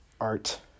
art